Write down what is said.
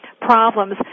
problems